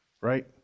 Right